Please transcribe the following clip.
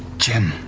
gem